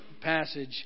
passage